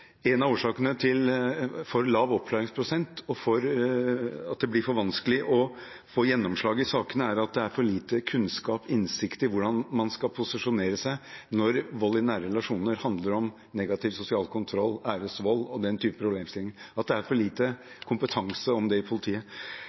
en av årsakene til for lav oppklaringsprosent og til at det blir for vanskelig å få gjennomslag i sakene, er at det er for lite kunnskap om og innsikt i hvordan man skal posisjonere seg når vold i nære relasjoner handler om negativ sosial kontroll, æresvold og den typen problemstillinger, at det er for lite kompetanse om det i politiet.